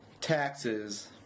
Taxes